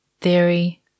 theory